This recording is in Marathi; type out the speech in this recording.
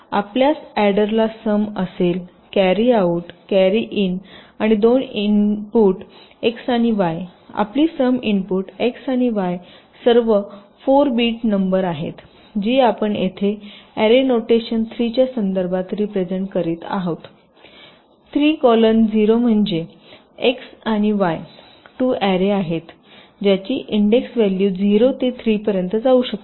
आपल्यास अॅडर ला सम असेल कॅरी आऊट कॅरी इन आणि 2 इनपुट एक्स आणि वाय आपली सम इनपुट X आणि Y सर्व 4 बिट नंबर आहेत जी आपण येथे अॅरे नोटेशन 3 च्या संदर्भात रीप्रेझेन्ट करीत आहात 3 कोलन 0 म्हणजे X आणि Y 2 अॅरे आहेत ज्याची इंडेक्स व्हॅल्यू 0 ते 3 पर्यंत जाऊ शकतात